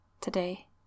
today